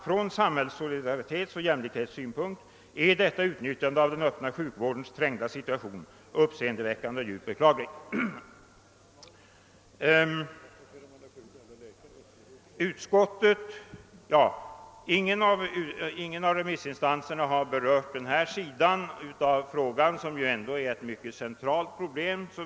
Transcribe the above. Från samhällssolidaritetsoch jämlikhetssynpunkt är detta utnyttjande av den öppna sjukvårdens trängda situation uppseendeväckande och djupt beklagligt.» Ingen av remissinstanserna har berört den sidan av frågan, som såvitt jag förstår ändå är ett centralt problem.